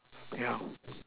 yeah